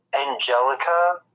Angelica